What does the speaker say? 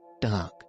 dark